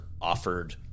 offered